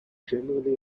generally